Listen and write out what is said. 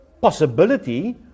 possibility